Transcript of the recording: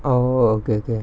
oh okay okay